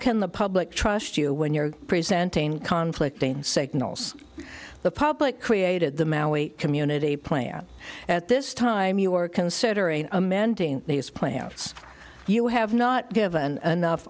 can the public trust you when you're presenting conflict signals the public created the community plan at this time you are considering amending these plants you have not given enough